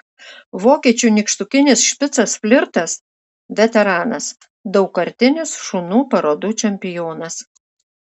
vokiečių nykštukinis špicas flirtas veteranas daugkartinis šunų parodų čempionas